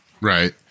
right